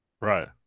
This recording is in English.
Right